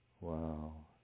Wow